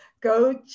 go